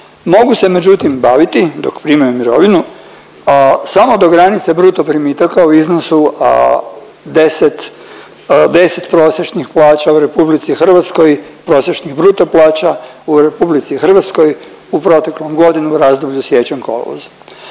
Mogu se međutim baviti dok primaju mirovinu samo do granice bruto primitaka u iznosu 10 prosječnih plaća u Republici Hrvatskoj, prosječnih bruto plaća u Republici Hrvatskoj u proteklom godinu razdoblju siječanj-kolovoz.